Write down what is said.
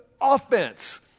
offense